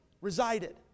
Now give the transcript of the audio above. resided